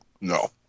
No